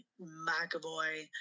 McAvoy